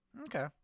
Okay